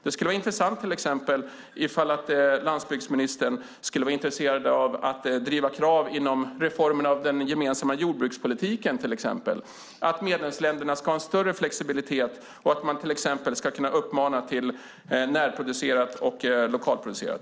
Det skulle vara roligt om landsbygdsministern var intresserad av att driva krav inom reformeringen av den gemensamma jordbrukspolitiken till exempel samt av en större flexibilitet för medlemsländerna och av att man exempelvis ska kunna uppmana till närproducerat och lokalproducerat.